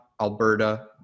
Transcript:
alberta